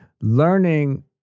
learning